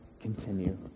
continue